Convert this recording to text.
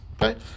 right